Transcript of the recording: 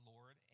Lord